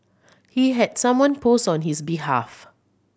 he had someone post on his behalf